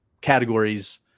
categories